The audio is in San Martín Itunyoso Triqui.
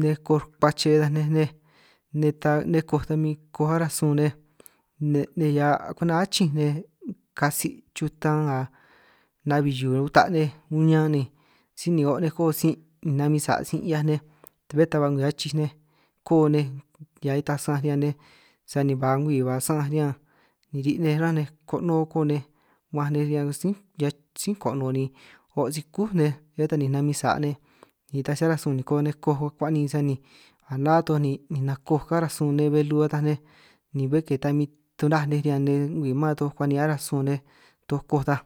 nej koj rkuache ataj nej nej nej nej ta nej koj ta min koj aránj sun nej hia' kwenta achínj nej, katsi chutan a nabi hiu uta nej uñan ni síj ni o' nej koo sin' ni namin sa' sin' 'hiaj nej, bé ta ba ngwii achij nej koo nej ñan itaj san'anj riñan nej sani ba ngwii ba san'anj riñan, ni ri' nej ránj nej konoo koo nej ba nej riñan sín' riñan sín' konoo ni o' sí kú nej, bé ta ni namin sa' nej ni ta si aránj sun niko nej koj akuan'ni sani, a ná toj ni ninanj koj aráj sun nej belu ataj nej, ni bé ke ta min tunáj nej riñan nej ngwii man toj kuan'ni aránj sunj nej toj koj ta.